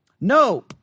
No